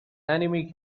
enemy